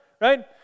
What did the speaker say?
right